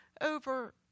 over